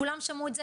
כולם שמעו את זה.